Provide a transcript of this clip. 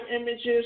images